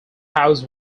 house